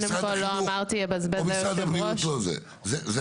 שמשרד החינוך או משרד הבריאות --- לא